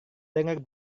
dengar